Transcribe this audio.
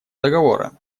договора